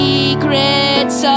Secrets